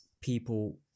people